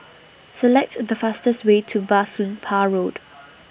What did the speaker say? Select The fastest Way to Bah Soon Pah Road